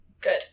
Good